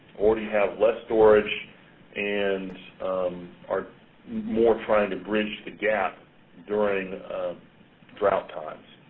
or you have less storage and are more trying to bridge the gap during drought times.